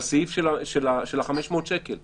בסעיף של ה-500 שקל.